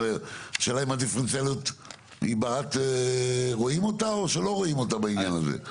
השאלה אם הדיפרנציאליות רואים אותה או שלא רואים אותה בעניין הזה?